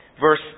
verse